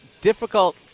Difficult